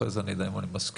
אחרי זה אדע אם אני מסכים.